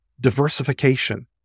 diversification